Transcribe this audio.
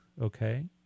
okay